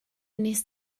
wnest